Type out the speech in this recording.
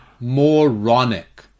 moronic